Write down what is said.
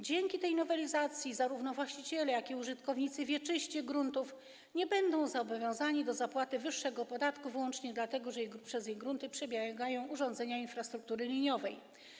Dzięki tej nowelizacji zarówno właściciele, jak i użytkownicy wieczyści gruntów nie będą zobowiązani do zapłaty wyższego podatku wyłącznie dlatego, że przez ich grunty przebiegają urządzenia infrastruktury liniowej.